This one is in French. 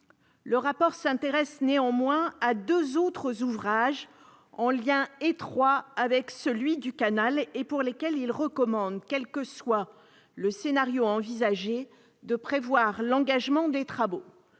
Le rapport s'intéresse néanmoins à deux autres ouvrages en lien étroit avec celui du canal, pour lesquels il recommande, quel que soit le scénario envisagé, de prévoir l'engagement des travaux.